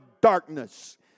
darkness